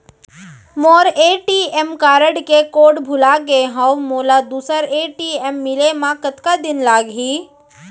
मोर ATM card के कोड भुला गे हव, मोला दूसर ए.टी.एम मिले म कतका दिन लागही?